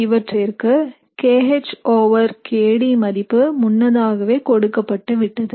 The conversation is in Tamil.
இவற்றிற்கு kH over kD மதிப்பு முன்னதாகவே கொடுக்கப்பட்டு விட்டது